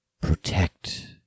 protect